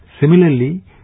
Similarly